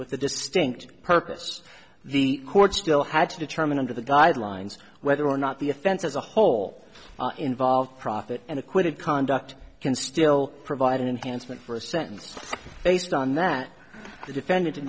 a distinct purpose the court still had to determine under the guidelines whether or not the offense as a whole involved profit and acquitted conduct can still provide an enhanced meant for a sentence based on that the defendant